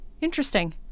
Interesting